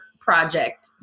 project